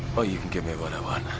or you can give me what i want.